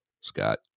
Scott